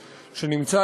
שלוש דקות, אדוני, לרשותך.